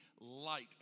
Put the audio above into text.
light